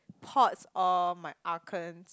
potts or my arkens